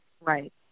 Right